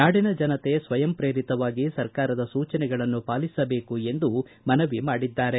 ನಾಡಿನ ಜನತೆ ಸ್ವಯಂಪ್ರೇರಿತವಾಗಿ ಸರ್ಕಾರದ ಸೂಚನೆಗಳನ್ನು ಪಾಲಿಸಬೇಕು ಎಂದು ಮನವಿ ಮಾಡಿದ್ದಾರೆ